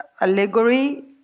allegory